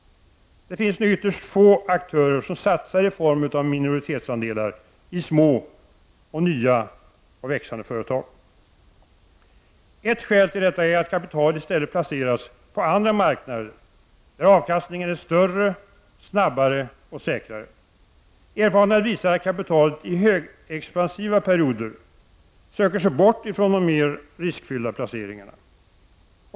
Det finns nu ytterst få aktörer som satsar i form av minoritetsandelar i små och nya växande företag. Ett skäl till detta är att kapital i stället placeras på andra marknader, där avkastningen är större, snabbare och säkrare. Erfarenheterna visar att kapitalet i högexpansiva perioder söker sig bort från de mer riskfyllda placeringarna.